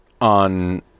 on